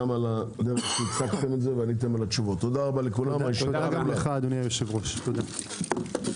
תודה שהצגתם את זה וגם תודה רבה על התשובות.